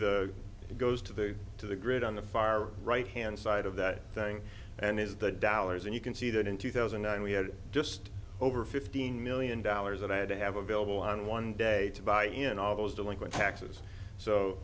it goes to the to the grid on the far right hand side of that thing and is the dollars and you can see that in two thousand and nine we had just over fifteen million dollars that i had to have available on one day to buy in all those delinquent taxes so